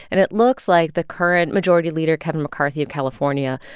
and it looks like the current majority leader, kevin mccarthy of california,